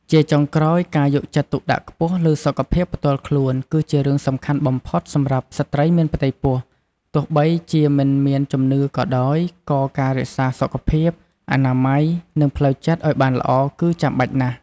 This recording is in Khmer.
ជាចុងក្រោយ ការយកចិត្តទុកដាក់ខ្ពស់លើសុខភាពផ្ទាល់ខ្លួន គឺជារឿងសំខាន់បំផុតសម្រាប់ស្ត្រីមានផ្ទៃពោះ ទោះបីជាមិនមានជំនឿក៏ដោយ ក៏ការរក្សាសុខភាព អនាម័យ និងផ្លូវចិត្តឲ្យបានល្អ គឺចាំបាច់ណាស់។